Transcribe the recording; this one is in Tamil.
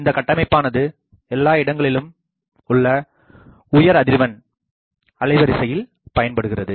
இந்த கட்டமைப்பானது எல்லா இடங்களிலும் உள்ள உயர் அதிர்வெண் அலைவரிசையில் பயன்படுகிறது